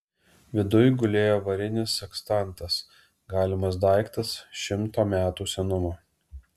viduj gulėjo varinis sekstantas galimas daiktas šimto metų senumo